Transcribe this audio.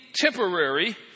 temporary